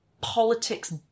politics